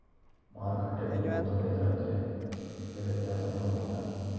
ಮಾರುಕಟ್ಟೆ ಬೆಲೆ ಮತ್ತು ರೈತರ ಬೆಳೆ ಬೆಲೆ ವ್ಯತ್ಯಾಸ ನೋಡಬಹುದಾ?